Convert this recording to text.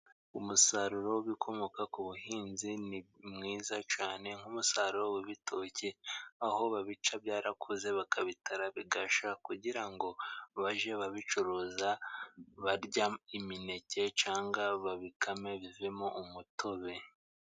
Umusaruro w'ibikomoka ku buhinzi ni mwiza cyane nk'umusaruro w'ibitoki, aho babica byarakuze, bakabitara bigashya, kugira ngo bajye babicuruza barya imineke, cyangwa babikame bivemo umutobe.